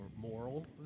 Moral